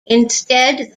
instead